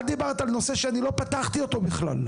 את דיברת על נושא שאני לא פתחתי אותו בכלל.